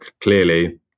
clearly